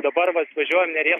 dabar vat važiuojam neries